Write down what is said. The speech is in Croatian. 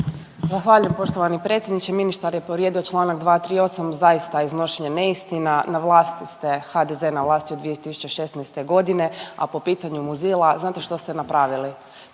Zahvaljujem poštovani predsjedniče. Ministar je povrijedio Članak 238., zaista iznošenjem neistina. Na vlasti ste, HDZ je na vlasti od 2016. godine, a po pitanju Muzila znate što ste napravili,